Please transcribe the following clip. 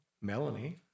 Melanie